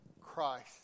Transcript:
Christ